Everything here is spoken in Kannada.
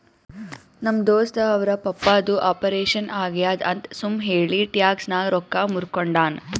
ನಮ್ ದೋಸ್ತ ಅವ್ರ ಪಪ್ಪಾದು ಆಪರೇಷನ್ ಆಗ್ಯಾದ್ ಅಂತ್ ಸುಮ್ ಹೇಳಿ ಟ್ಯಾಕ್ಸ್ ನಾಗ್ ರೊಕ್ಕಾ ಮೂರ್ಕೊಂಡಾನ್